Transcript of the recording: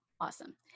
Awesome